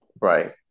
Right